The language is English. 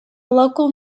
local